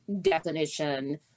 definition